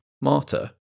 Marta